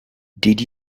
did